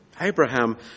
Abraham